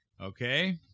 Okay